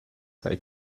sei